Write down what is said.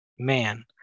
man